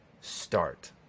start